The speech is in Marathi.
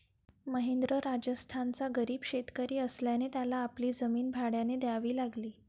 महेंद्र राजस्थानचा गरीब शेतकरी असल्याने त्याला आपली जमीन भाड्याने द्यावी लागली